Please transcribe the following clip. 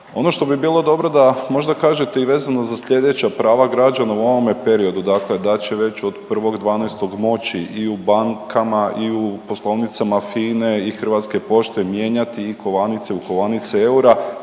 Ono što bi bilo dobro da možda kažete i vezano za sljedeća prava građana u ovome periodu, dakle da će već od 1.12. moći i u bankama i u poslovnicama FINA-e i Hrvatske pošte mijenjati i kovanice u kovanice eura,